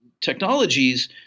technologies